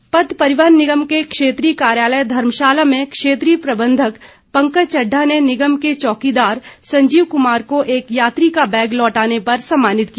सम्मान पथ परिवहन निगम के क्षेत्रीय कार्यालय धर्मशाला में क्षेत्रीय प्रबंधक पंकज चड्ढा ने निगम के चौकीदार संजीव कुमार को एक यात्री का बैग लौटाने पर सम्मानित किया